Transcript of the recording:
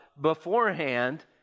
beforehand